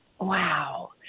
Wow